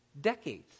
Decades